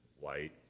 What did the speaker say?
white